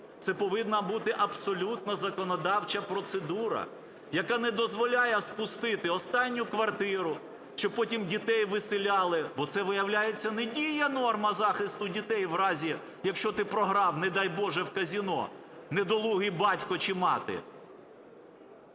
Це повинна бути абсолютно законодавча процедура, яка не дозволяє спустити останню квартиру, щоб потім дітей висиляли, бо це, виявляється, не діє норма захисту дітей в разі, якщо ти програв, не дай Боже, в казино, недолугий батько чи мати.